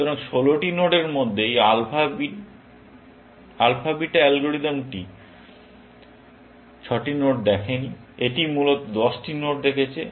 সুতরাং 16টি নোডের মধ্যে এই আলফা বিটা অ্যালগরিদমটি 6টি নোড দেখেনি এটি মূলত 10টি নোড দেখেছে